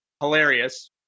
hilarious